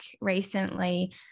recently